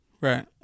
Right